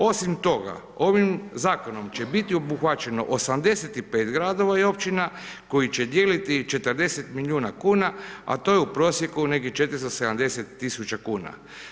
Osim toga ovim zakonom će biti obuhvaćeno 85 gradova i općina koji će dijeliti 40 miliona kuna, a to je u prosjeku nekih 470.000 kuna.